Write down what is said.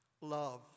Love